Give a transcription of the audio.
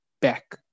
back